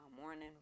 morning